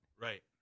Right